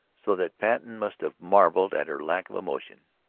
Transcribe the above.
so that patten must have marvelled at her lack of emotion.